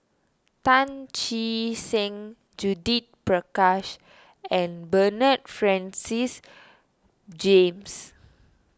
Tan Che Sang Judith Prakash and Bernard Francis James